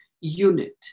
unit